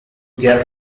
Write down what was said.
their